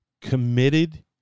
committed